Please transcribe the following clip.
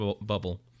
bubble